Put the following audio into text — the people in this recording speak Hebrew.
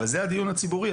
אבל זה הדיון הציבורי,